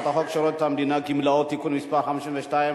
הצעת חוק שירות המדינה (גמלאות) (תיקון מס' 52),